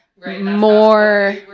More